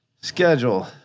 schedule